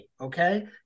okay